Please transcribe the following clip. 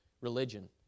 religion